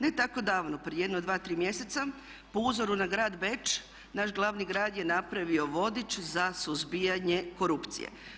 Ne tako davno, prije jedno 2, 3 mjeseca, po uzoru na grad Beč naš glavni grad je napravio vodič za suzbijanje korupcije.